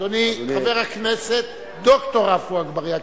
אדוני חבר הכנסת ד"ר עפו אגבאריה,